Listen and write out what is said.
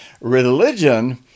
Religion